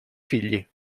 figli